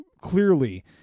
clearly